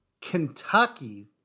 Kentucky